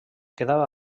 quedà